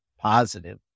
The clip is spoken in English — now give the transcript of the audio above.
positive